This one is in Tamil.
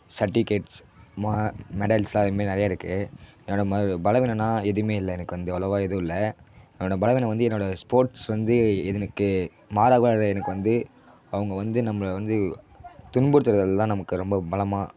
சர்டிகேட்ஸ் மா மெடேல்ஸெல்லாம் அதேமாதிரி நிறைய இருக்குது என்னோடய ம பலவீனன்னால் எதுவுமே இல்லை எனக்கு வந்து அவ்வளோவாக எதுவும் இல்லை என்னோடய பலவீனம் வந்து என்னோடய ஸ்போர்ட்ஸ் வந்து எனக்கு மாறாக அது எனக்கு வந்து அவங்க வந்து நம்மளை வந்து துன்புறுத்துறதில் தான் நமக்கு ரொம்ப பலமாக